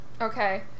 Okay